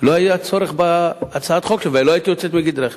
לא היה צורך בהצעת החוק הזאת ולא היית יוצאת מגדרך.